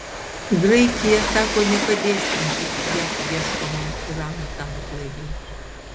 graikija sako nepadėsianti jav ieškomam irano tanklaiviui